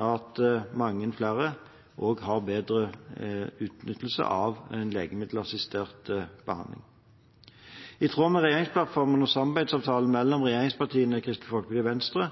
at mange flere også har bedre utnyttelse av en legemiddelassistert behandling. I tråd med regjeringsplattformen og samarbeidsavtalen mellom regjeringspartiene, Kristelig Folkeparti og Venstre